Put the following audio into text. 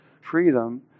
freedom